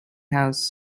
house